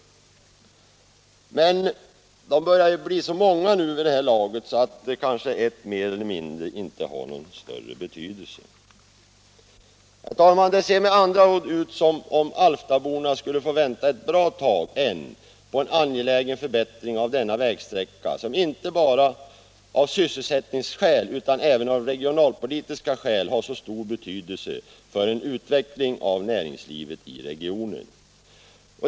Men de börjar bli så många vid det här laget, att ett mer eller mindre kanske inte har någon större betydelse. Herr talman! Det ser med andra ord ut som om Alftaborna skulle få vänta ett bra tag än på en angelägen förbättring av denna vägsträcka, som inte bara av sysselsättningsskäl utan även av regionalpolitiska skäl har så stor betydelse för en utveckling av näringslivet i regionen.